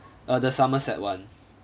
err the somerset one